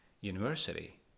university